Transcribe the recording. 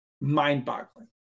mind-boggling